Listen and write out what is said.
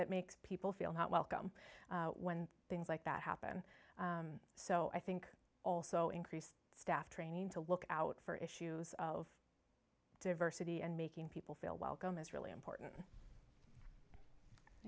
that makes people feel not welcome when things like that happen so i think also increased staff training to look out for issues of diversity and making people feel welcome is really important